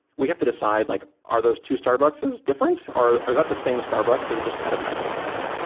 we have to decide like are those to starbuckses different or or is not the same starbucks that just had a typo somewhere?